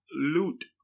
loot